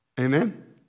Amen